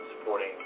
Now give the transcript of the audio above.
supporting